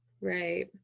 Right